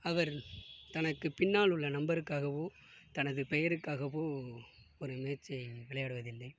அவர் தனக்கு பின்னல் உள்ள நம்பருக்காகவோ தனது பெயருக்காகவோ ஒரு மேட்சை விளையாடுவதில்லை